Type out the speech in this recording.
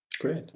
Great